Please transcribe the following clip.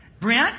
Brent